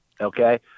okay